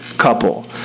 couple